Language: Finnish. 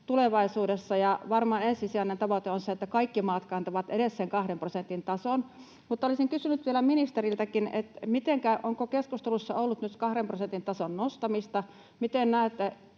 tulevaisuudessa. Varmaan ensisijainen tavoite on se, että kaikki maat kantavat edes sen kahden prosentin tason, mutta olisin kysynyt vielä ministeriltäkin: onko keskustelussa ollut nyt kahden prosentin tason nostamista?